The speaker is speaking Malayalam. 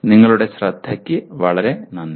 നിങ്ങളുടെ ശ്രദ്ധയ്ക്ക് വളരെ നന്ദി